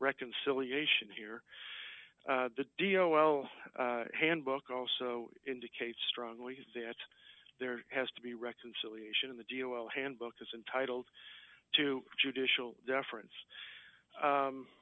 reconciliation here the deal well handbook also indicates strongly that there has to be reconciliation in the g o l handbook is entitled to judicial deference